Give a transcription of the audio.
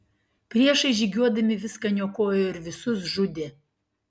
priešai žygiuodami viską niokojo ir visus žudė